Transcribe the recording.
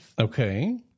Okay